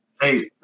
Hey